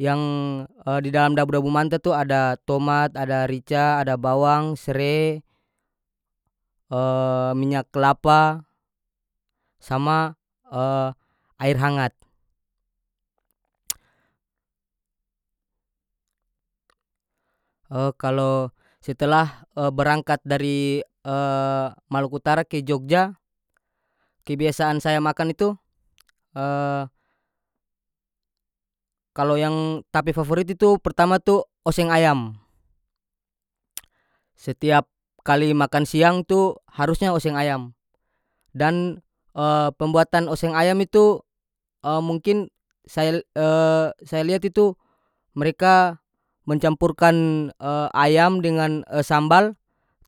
Yang di dalam dabu-dabu manta tu ada tomat ada rica ada bawang sere minyak kelapa sama air hangat kalo setelah berangkat dari maluku utara ke jogja kebiasaan saya makan itu kalo yang ta pe favorit itu pertama tu oseng ayam setiap kali makan siang tu harusnya oseng ayam dan pembuatan oseng ayam itu mungkin saya le saya liat itu mereka mencampurkan ayam dengan sambal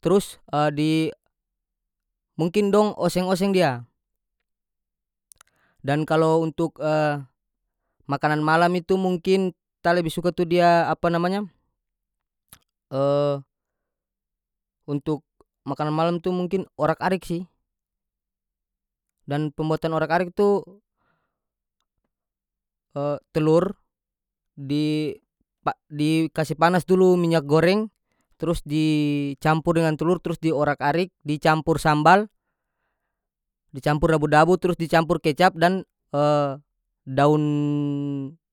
trus di mungkin dong oseng-oseng dia dan kalo untuk makanan malam itu mungkin ta lebe suka tu dia apa namanya untuk makanan malam tu mungkin orag-arig sih dan pembuatan orag-arig itu telur di pak di kasi panas dulu minyak goreng trus dicampur dengan telur trus di orag-arig dicampur sambal dicampur dabu-dabu trus dicampur kecap dan daun.